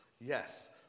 Yes